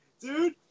Dude